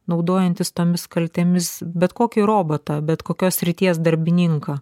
naudojantis tomis kaltėmis bet kokį robotą bet kokios srities darbininką